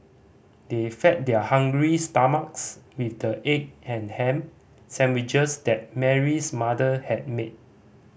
they fed their hungry stomachs with the egg and ham sandwiches that Mary's mother had made